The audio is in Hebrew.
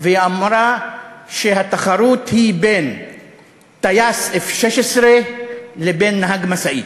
ואמרה שהתחרות היא בין טייס F-16 לבין נהג משאית.